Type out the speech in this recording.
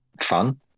fun